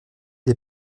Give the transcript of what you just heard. les